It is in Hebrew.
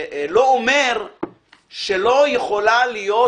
זה לא אומר שלא יכולה להיות